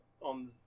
on